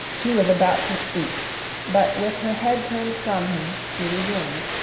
he was about to speak but with her head turned from him, she resumed.